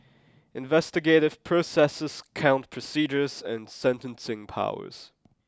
investigative processes court procedures and sentencing powers